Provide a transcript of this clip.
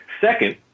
Second